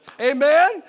Amen